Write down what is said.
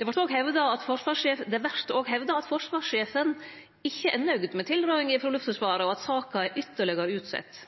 Det vert òg hevda at forsvarssjefen ikkje er nøgd med tilrådinga frå Luftforsvaret, og at saka er ytterlegare utsett.